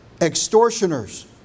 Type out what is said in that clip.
extortioners